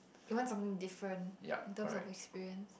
you want something different in terms of experience